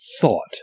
thought